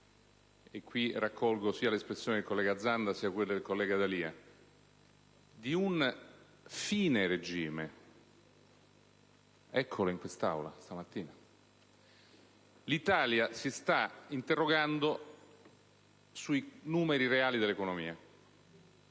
e qui raccolgo sia l'espressione del collega Zanda, sia quella del collega D'Alia - di un fine regime, eccola in quest'Aula stamattina. L'Italia si sta interrogando sui numeri reali dell'economia.